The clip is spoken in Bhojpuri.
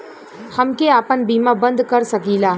हमके आपन बीमा बन्द कर सकीला?